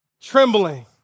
trembling